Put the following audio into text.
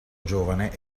giovane